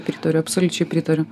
pritariu absoliučiai pritariu